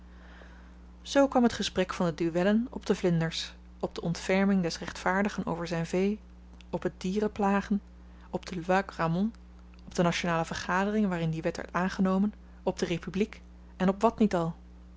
zoo kwam t gesprek van de duellen op de vlinders op de ontferming des rechtvaardigen over zyn vee op het dieren plagen op de loi grammont op de nationale vergadering waarin die wet werd aangenomen op de republiek en op wat niet al